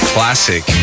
Classic